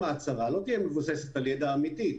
ההצהרה לא תהיה מבוססת על ידע אמיתי.